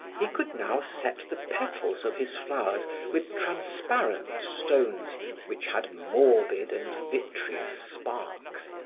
he could now set the petals of his flowers with transparent stones which had morbid and vitreous sparks,